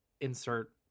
insert